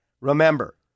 Remember